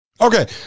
Okay